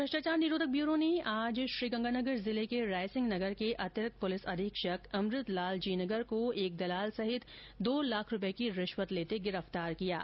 भ्रष्टाचार निरोधक ब्यूरो ने आज श्रीगंगानगर जिले के रायसिंहनगर के अतिरिक्त पुलिस अधीक्षक अमृतलाल जीनगर को एक दलाल सहित दो लाख रूपए की रिश्वत लेते गिरफ़तार किया है